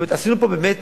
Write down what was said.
עשינו פה באמת